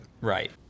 right